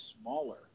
smaller